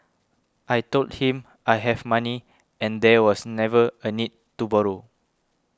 I told him I have money and there was never a need to borrow